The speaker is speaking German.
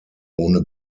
ohne